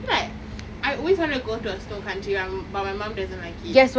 I feel like I always wanted to go to a snow country but my mum doesn't like it